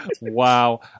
Wow